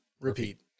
repeat